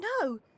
No